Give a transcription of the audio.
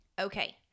Okay